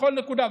בכל נקודה,